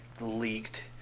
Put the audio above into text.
leaked